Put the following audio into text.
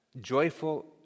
joyful